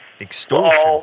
Extortion